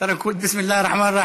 בסם אללה א-רחמאן.